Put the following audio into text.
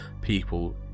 people